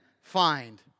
find